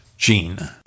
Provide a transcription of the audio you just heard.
Gene